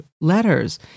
letters